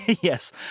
Yes